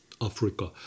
Africa